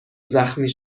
زخمی